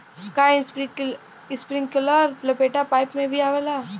का इस्प्रिंकलर लपेटा पाइप में भी आवेला?